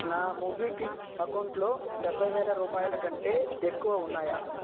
నా మోబిక్విక్ అకౌంటులో డెబ్భై వేల రూపాయల కంటే ఎక్కువ ఉన్నాయా